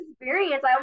experience